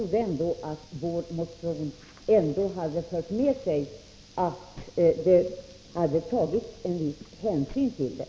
Jag trodde att vår motion ändå hade fört med sig att det tagits en viss hänsyn.